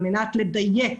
על מנת לדייק